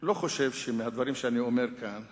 לא חושב שמהדברים שאני אומר כאן